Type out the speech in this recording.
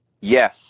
Yes